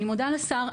אני מודה לשר,